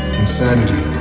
insanity